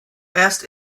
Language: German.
erst